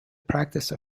practice